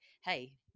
hey